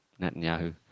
netanyahu